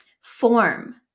Form